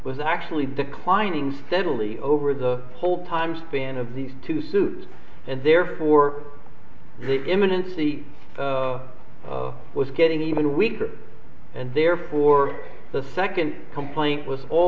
was actually declining steadily over the whole time span of these two suits and therefore the imminent see the was getting even weaker and therefore the second complaint was all